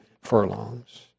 furlongs